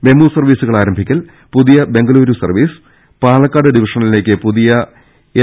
മെമുസർവീസുകൾ ആരംഭിക്കൽ പുതിയ ബംഗ്ലുരു സർവ്വീസ് പാലക്കാട് ഡിവിഷനിലേക്ക് പുതിയ എൽ